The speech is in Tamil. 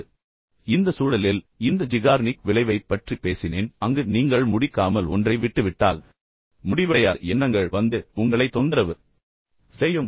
எனவே இந்த சூழலில் இந்த ஜிகார்னிக் விளைவைப் பற்றி நான் உங்களிடம் பேசினேன் அங்கு நீங்கள் முடிக்காமல் ஒன்றை விட்டுவிட்டால் முடிவடையாத எண்ணங்கள் வந்து உங்களைத் தொந்தரவு செய்யும்